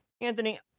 Anthony